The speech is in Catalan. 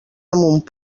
amunt